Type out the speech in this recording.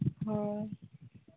ᱦᱳᱭ